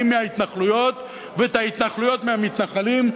מההתנחלויות ואת ההתנחלויות מהמתנחלים".